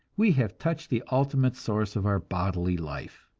we have touched the ultimate source of our bodily life.